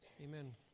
Amen